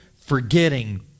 forgetting